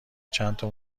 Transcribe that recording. چندتا